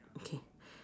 okay